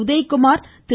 Udhayakumar Thiru